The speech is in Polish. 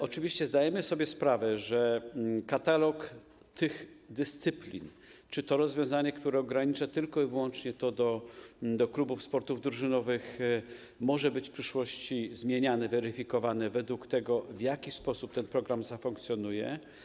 Oczywiście zdajemy sobie sprawę z tego, że katalog tych dyscyplin czy to rozwiązanie, które ogranicza to tylko i wyłącznie do klubów sportów drużynowych, może być w przyszłości zmieniane, weryfikowane według tego, w jaki sposób ten program zafunkcjonuje.